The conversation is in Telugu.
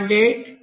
8 0